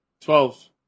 Twelve